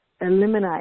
eliminate